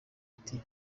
iti